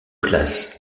classe